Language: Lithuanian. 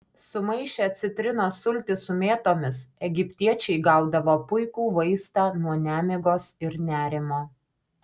sumaišę citrinos sultis su mėtomis egiptiečiai gaudavo puikų vaistą nuo nemigos ir nerimo